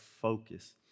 focus